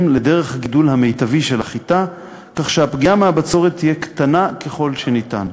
לדרך הגידול המיטבית של החיטה כך שהפגיעה מהבצורת תהיה קטנה ככל שניתן.